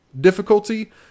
difficulty